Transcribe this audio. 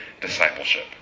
discipleship